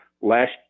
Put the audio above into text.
Last